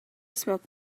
smoke